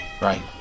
Right